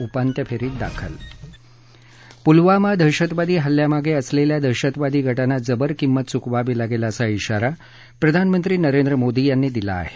उपांत्यफेरीत पुलवामा दहशतवादी हल्ल्यामागे असलेल्या दहशतवादी गटांना जबर किमत चुकवावी लागेल असा ज्ञारा प्रधानमंत्री नरेंद्र मोदी यांनी दिला आहे